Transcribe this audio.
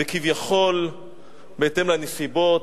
וכביכול בהתאם לנסיבות,